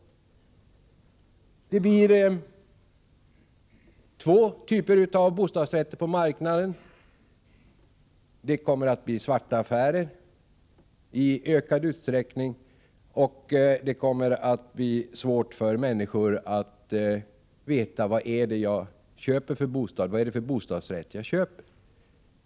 Det blir två typer av bostadsrätter på marknaden. Det kommer att bli svarta affärer i ökad utsträckning, och det kommer att bli svårt för människor att veta vad det är för bostadsrätt som de köper.